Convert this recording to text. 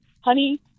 honey